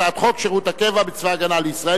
הצעת חוק שירות הקבע בצבא-הגנה לישראל